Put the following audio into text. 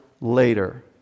later